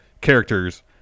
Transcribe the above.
characters